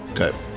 Okay